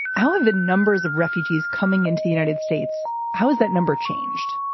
i'll have the numbers of refugees coming into the united states. how has that number changed?